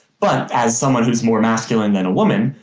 but as someone who is more masculine than a woman,